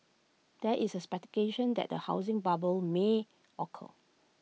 there is A speculation that A housing bubble may occur